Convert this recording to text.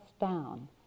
down